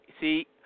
See